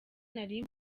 nari